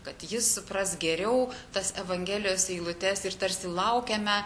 kad jis supras geriau tas evangelijos eilutes ir tarsi laukiame